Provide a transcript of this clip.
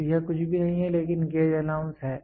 तो यह कुछ भी नहीं है लेकिन गेज अलाउंस है